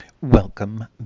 Welcome